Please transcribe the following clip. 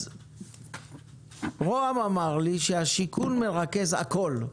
אז ראש הממשלה אמר לי שהשיכון מרכז הכול.